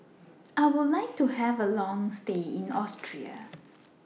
I Would like to Have A Long stay in Austria